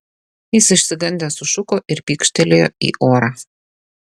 jis išsigandęs sušuko ir pykštelėjo į orą